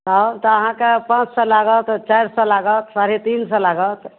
तब तऽ अहाँकेॅं पाँच सए लागत तऽ चारि सए लागत साढ़े तीन सए लागत